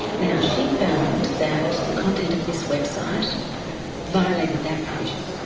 now she found that the content of this website violated that provision,